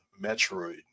Metroid